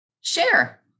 share